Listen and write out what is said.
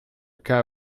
cas